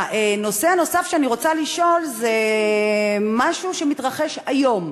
הנושא הנוסף שאני רוצה לשאול לגביו זה משהו שמתרחש היום.